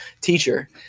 Teacher